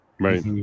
Right